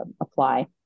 apply